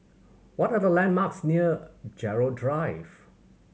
what are the landmarks near Gerald Drive